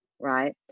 Right